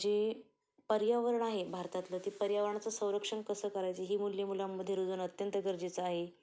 जे पर्यावरण आहे भारतातलं ती पर्यावरणाचं संरक्षण कसं करायचं ही मूल्यं मुलांमध्ये रुजवणं अत्यंत गरजेचं आहे